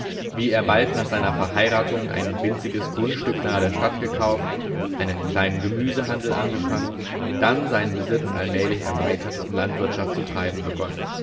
wie er bald nach seiner verheiratung ein winziges grundstück nahe der stadt gekauft einen kleinen gemüsehandel angefangen dann seinen besitz allmählich erweitert und landwirtschaft zu treiben begonnen